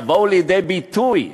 יבואו לידי ביטוי.